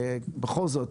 בכל זאת,